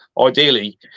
ideally